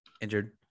injured